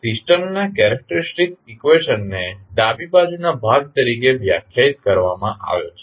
સિસ્ટમના કેરેક્ટેરીસ્ટીક ઇકવેશનને ડાબી બાજુના ભાગ તરીકે વ્યાખ્યાયિત કરવામાં આવે છે